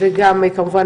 וגם כמובן,